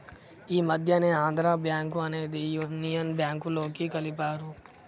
ఈ మధ్యనే ఆంధ్రా బ్యేంకు అనేది యునియన్ బ్యేంకులోకి కలిపారు